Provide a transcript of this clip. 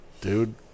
dude